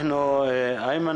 איימן,